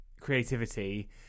creativity